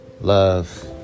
love